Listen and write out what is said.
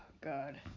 God